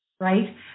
right